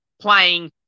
Playing